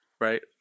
right